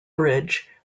bridge